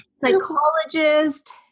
psychologist